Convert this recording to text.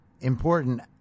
important